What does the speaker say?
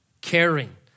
caring